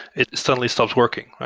it suddenly stops working,